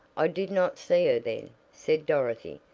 i did not see her then, said dorothy,